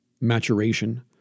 maturation